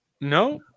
No